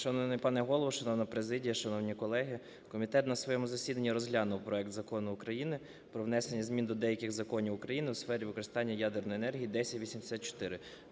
Шановний пане Голово, шановна президія, шановні колеги! Комітет на своєму засіданні розглянув проект Закону України про внесення змін до деяких законів України у сфері використання ядерної енергії (1084).